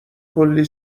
کلی